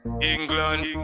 England